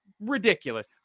Ridiculous